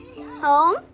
Home